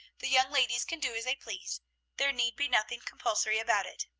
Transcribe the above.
the young-ladies can do as they please there need be nothing compulsory about it.